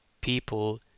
people